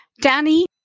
Danny